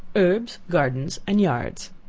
herbs, gardens and yards.